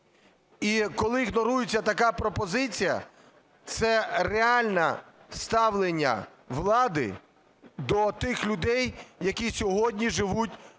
І коли ігнорується така пропозиція, це реальне ставлення влади до тих людей, які сьогодні живуть фактично